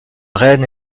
reine